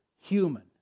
human